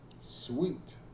Sweet